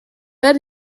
per